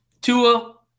Tua